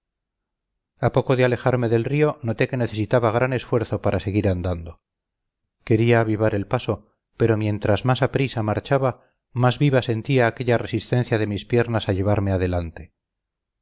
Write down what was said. a poco de alejarme del río noté que necesitaba gran esfuerzo para seguir andando quería avivar el paso pero mientras más a prisa marchaba más viva sentía aquella resistencia de mis piernas a llevarme adelante